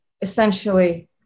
essentially